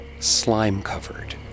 slime-covered